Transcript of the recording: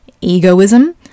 egoism